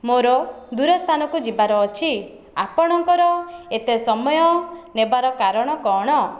ମୋର ଦୂରସ୍ଥାନକୁ ଯିବାର ଅଛି ଆପଣଙ୍କର ଏତେ ସମୟ ନେବାର କାରଣ କଣ